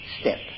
step